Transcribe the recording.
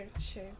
sure